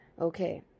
Okay